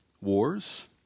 wars